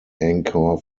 anchor